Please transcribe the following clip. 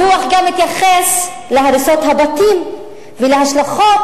הדוח גם מתייחס להריסות הבתים ולהשלכות